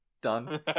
Done